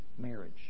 marriage